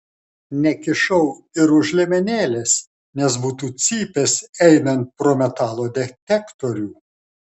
nekišau ir už liemenėlės nes būtų cypęs einant pro metalo detektorių